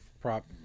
prop